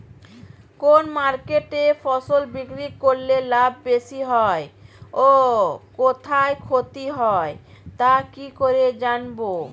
কোন মার্কেটে ফসল বিক্রি করলে লাভ বেশি হয় ও কোথায় ক্ষতি হয় তা কি করে জানবো?